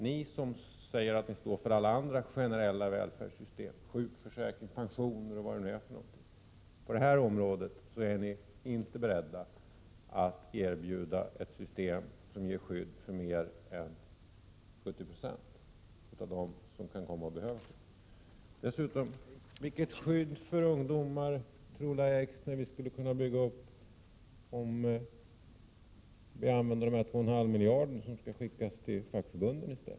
Ni som säger att ni står för alla andra generella välfärdssystem — sjukförsäkring, pensioner osv. — är på det här området inte beredda att erbjuda ett system som ger skydd för mer än 70 96 av dem som skulle behöva ett skydd. Jag vill också fråga: Vilket skydd för ungdomar tror Lahja Exner att vi skulle kunna bygga upp om vi använde de två och en halv miljarder som skall skickas till fackförbunden?